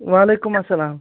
وعلیکُم اسلام